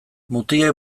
mutilek